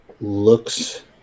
looks